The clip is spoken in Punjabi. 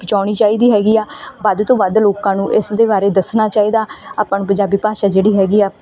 ਬਚਾਉਣੀ ਚਾਹੀਦੀ ਹੈਗੀ ਆ ਵੱਧ ਤੋਂ ਵੱਧ ਨੂੰ ਇਸਦੇ ਬਾਰੇ ਦੱਸਣਾ ਚਾਹੀਦਾ ਆਪਾਂ ਨੂੰ ਪੰਜਾਬੀ ਭਾਸ਼ਾ ਜਿਹੜੀ ਹੈਗੀ ਆ